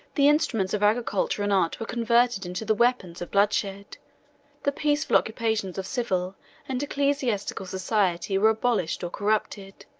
the instruments of agriculture and art were converted into the weapons of bloodshed the peaceful occupations of civil and ecclesiastical society were abolished or corrupted